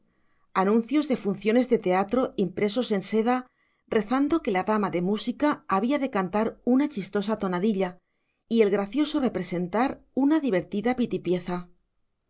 anuncios de funciones de teatro impresos en seda rezando que la dama de música había de cantar una chistosa tonadilla y el gracioso representar una divertida